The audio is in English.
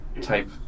type